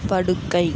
படுக்கை